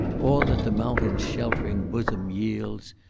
all that the mountain's sheltering bosom yields,